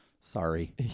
sorry